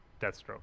Deathstroke